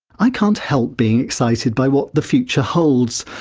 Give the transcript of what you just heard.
i can't help being excited by what the future holds.